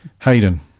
Hayden